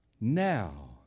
now